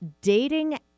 dating